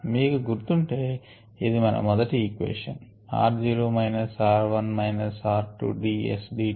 మీకు గురుతుంటే ఇది మన మొదటి equation r zero minus r 1 minus r 2 d S d t